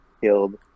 killed